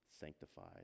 sanctified